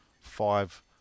Five